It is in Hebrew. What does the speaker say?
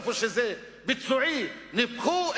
איפה שזה ביצועי, ניפחו.